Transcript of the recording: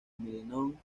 filemón